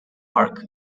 park